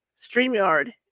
StreamYard